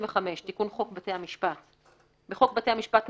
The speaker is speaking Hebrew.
תיקון חוק בתי המשפט 35. בחוק בתי המשפט ,